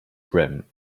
brim